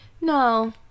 no